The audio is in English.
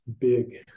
big